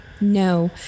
No